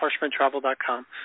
harshmantravel.com